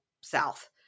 South